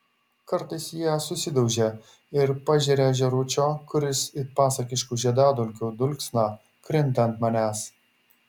kartais jie susidaužia ir pažeria žėručio kuris it pasakiškų žiedadulkių dulksna krinta ant manęs